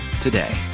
today